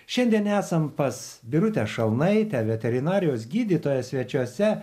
šiandien esam pas birutę šalnaite veterinarijos gydytoją svečiuose